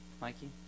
Mikey